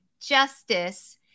justice